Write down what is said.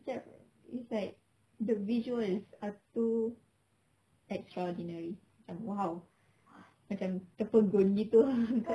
jap it's like the visual is too extraordinary macam !wow! macam terpegun gitu